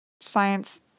science